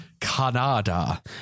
Canada